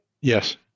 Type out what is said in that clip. Yes